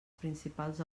principals